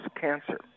cancer